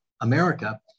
America